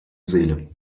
seele